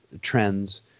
trends